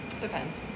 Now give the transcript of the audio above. depends